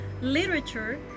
literature